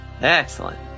Excellent